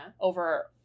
Over